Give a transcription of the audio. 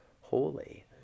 holy